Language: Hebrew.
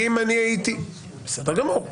בסדר גמור.